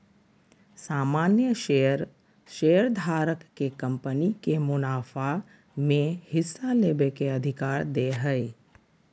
सामान्य शेयर शेयरधारक के कंपनी के मुनाफा में हिस्सा लेबे के अधिकार दे हय